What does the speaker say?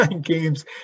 games